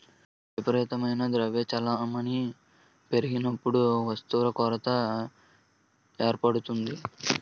విపరీతమైన ద్రవ్య చలామణి పెరిగినప్పుడు వస్తువుల కొరత ఏర్పడుతుంది